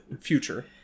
future